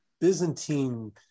Byzantine